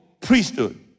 priesthood